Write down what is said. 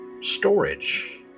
storage